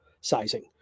sizing